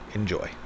Enjoy